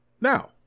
Now